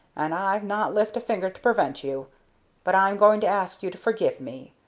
and i'd not lift a finger to prevent you but i'm going to ask you to forgive me.